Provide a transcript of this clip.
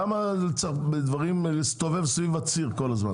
למה להסתובב סביב הציר כל הזמן?